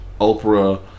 Oprah